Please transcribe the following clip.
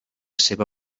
seva